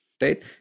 Right